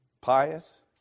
Pious